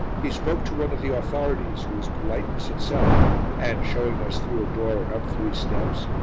he spoke to one of the authorities, who was politeness itself and, showing us through a door and up three steps,